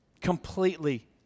Completely